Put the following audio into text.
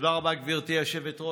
תודה רבה, גברתי היושבת-ראש.